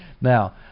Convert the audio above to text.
Now